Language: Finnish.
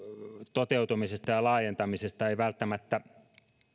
toteutumisesta ja ja laajentamisesta ei välttämättä